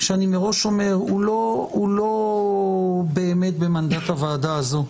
שאני מראש אומר, הוא לא באמת במנדט הוועדה הזו.